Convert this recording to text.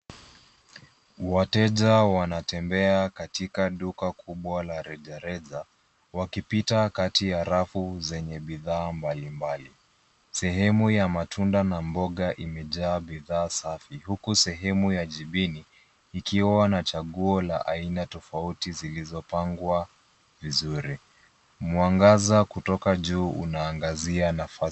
Wateja wanatembea katika duka kubwa la rejareja, wakipita kati ya rafu zenye bidhaa mbalimbali. Sehemu ya matunda na mboga imejaa bidhaa safi, huku sehemu ya jibini ikiwa na chaguo tofauti zilizopangwa vizuri. Mwangaza kutoka juu unaangazia nafasi hiyo.